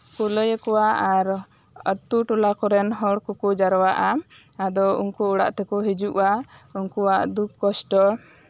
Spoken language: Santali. ᱞᱟᱹᱭ ᱠᱚᱣᱟ ᱟᱨ ᱟᱛᱳ ᱴᱚᱞᱟ ᱨᱮᱱ ᱦᱚᱲ ᱠᱚ ᱡᱟᱣᱨᱟᱜᱼᱟ ᱩᱱᱠᱩ ᱚᱲᱟᱜ ᱛᱮᱠᱚ ᱦᱤᱡᱩᱜᱼᱟ ᱩᱱᱠᱩᱣᱟᱜ ᱫᱩᱠ ᱠᱚᱥᱴᱚ